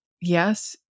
yes